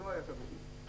לא היה קו ישיר.